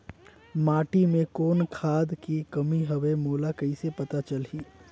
माटी मे कौन खाद के कमी हवे मोला कइसे पता चलही?